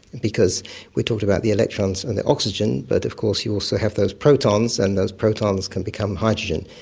because we talked about the electrons and the oxygen but of course you also have those protons, and those protons can become hydrogen,